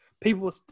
people